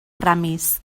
ramis